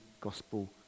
gospel